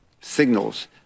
signals